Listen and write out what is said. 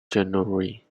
january